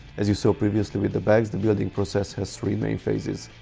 as you saw previously with the bags the building process has three main phases,